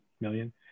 million